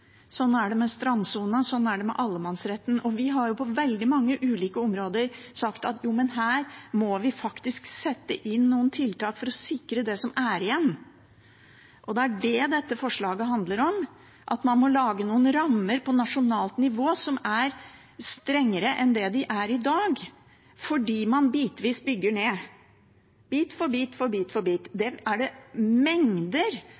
Sånn er det med strandsonen, sånn er det med allemannsretten. Vi har på veldig mange ulike områder sagt at her må vi faktisk sette inn noen tiltak for å sikre det som er igjen, og det er det dette forslaget handler om – at man må lage noen rammer på nasjonalt nivå som er strengere enn det de er i dag, fordi man bitvis bygger ned – bit for bit for bit.